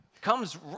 comes